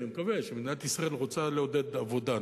אני מקווה שמדינת ישראל רוצה לעודד עבודה,